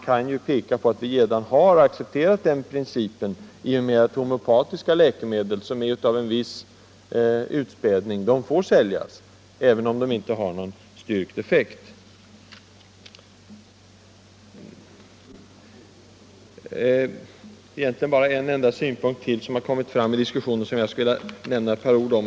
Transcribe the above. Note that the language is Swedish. Vi har redan accepterat den principen i och med att homeopatiska läkemedel av viss utspädning får säljas trots att de inte har styrkt effekt. Egentligen är det bara en enda synpunkt till i diskussionen jag vill nämna ett par ord om.